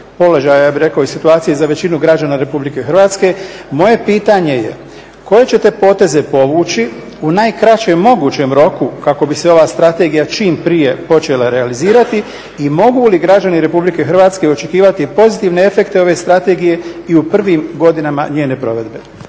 položaja ja bih rekao i situacije za većinu građana Republike Hrvatske moje pitanje je koje ćete poteze povući u najkraćem mogućem roku kako bi se ova strategija čim prije počela realizirati i mogu li građani Republike Hrvatske očekivati pozitivne efekte ove strategije i u prvim godinama njene provedbe.